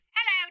Hello